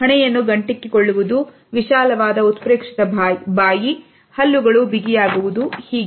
ಹಣೆಯನ್ನು ಗಂಟಿಕ್ಕಿ ಕೊಳ್ಳುವುದು ವಿಶಾಲವಾದ ಉತ್ಪ್ರೇಕ್ಷಿತ ಬಾಯಿ ಹಲ್ಲುಗಳು ಬಿಗಿಯಾಗುವುದು ಹೀಗೆ